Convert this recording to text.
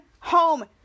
Home